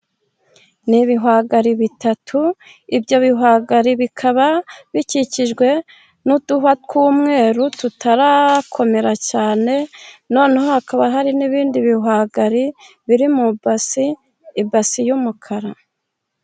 Ni ibihwagari bitatu, ibyo bihwagari bikaba bikikijwe n'uduhwa tw'umweru, tutarakomera cyane, noneho hakaba hari n'ibindi bihwagari, biri mu ibasi, ibasi y'umukara.